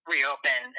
Reopen